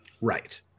Right